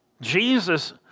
Jesus